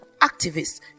activists